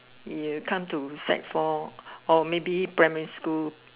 you come to sec four or maybe primary school